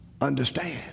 Understand